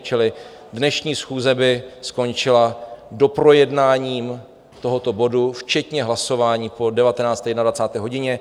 Čili dnešní schůze by skončila doprojednáním tohoto bodu včetně hlasování po 19. a 21. hodině.